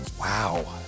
Wow